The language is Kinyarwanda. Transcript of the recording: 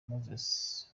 moses